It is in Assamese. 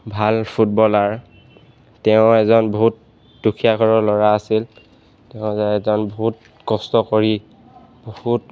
ভাল ফুটবলাৰ তেওঁ এজন বহুত দুখীয়া ঘৰৰ ল'ৰা আছিল তেওঁ যে এজন বহুত কষ্ট কৰি বহুত